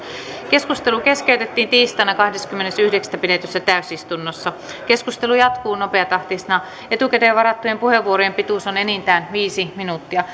keskustelu keskeytettiin tiistaina kahdeskymmenes yhdeksättä kaksituhattakuusitoista pidetyssä täysistunnossa keskustelu jatkuu nopeatahtisena etukäteen varattujen puheenvuorojen pituus on enintään viisi minuuttia